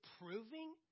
proving